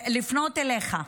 לפנות אליך,